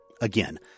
Again